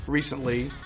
Recently